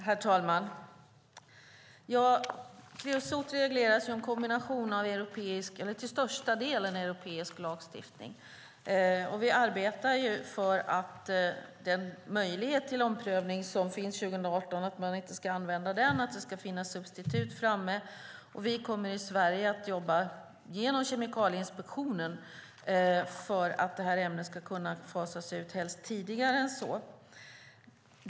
Herr talman! Kreosot regleras till största delen av europeisk lagstiftning. Vi arbetar för att den möjlighet som finns till omprövning 2018 inte ska användas och för att det ska finnas substitut. Sverige kommer genom Kemikalieinspektionen att jobba för att ämnet ska fasas ut, helst tidigare än så.